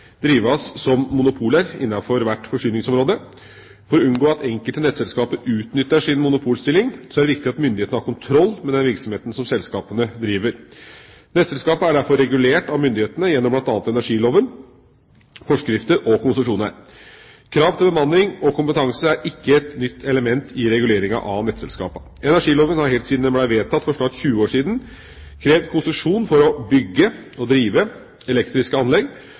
drives som monopoler innenfor hvert forsyningsområde. For å unngå at enkelte nettselskaper utnytter sin monopolstilling er det viktig at myndighetene har kontroll med den virksomheten som selskapene driver. Nettselskapene er derfor regulert av myndigheten gjennom bl.a. energiloven, forskrifter og konsesjoner. Krav til bemanning og kompetanse er ikke et nytt element i reguleringa av nettselskapene. Energiloven har helt siden den ble vedtatt for snart 20 år siden, krevd konsesjon for å bygge og drive elektriske anlegg.